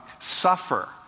Suffer